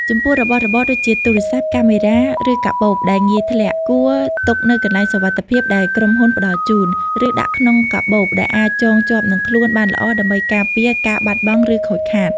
ចំពោះ របស់របរដូចជាទូរស័ព្ទ កាមេរ៉ា ឬកាបូបដែលងាយធ្លាក់ គួរទុកនៅកន្លែងសុវត្ថិភាពដែលក្រុមហ៊ុនផ្ដល់ជូន ឬដាក់ក្នុងកាបូបដែលអាចចងជាប់នឹងខ្លួនបានល្អដើម្បីការពារការបាត់បង់ឬខូចខាត។